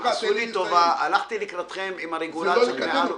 הלכתי לקראתכם עם הרגולציות מעל ומעבר.